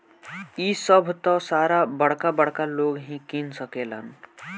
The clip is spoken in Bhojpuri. इ सभ त सारा बरका बरका लोग ही किन सकेलन